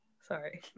sorry